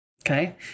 Okay